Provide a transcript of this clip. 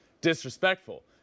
disrespectful